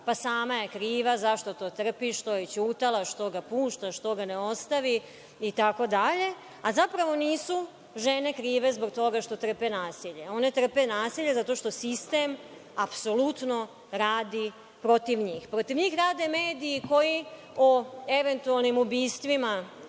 pa, sama je kriva, zašto to trpi, što je ćutala, što ga pušta, što ga ne ostavi, itd. Zapravo nisu žene krive zbog toga što trpe nasilje. One trpe nasilje zato što sistem apsolutno radi protiv njih. Protiv njih rade mediji, koji o eventualnim ubistvima